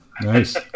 nice